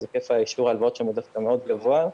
היקף שיעור ההלוואות שם הוא דווקא מאוד גבוה.